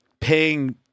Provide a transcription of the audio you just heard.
paying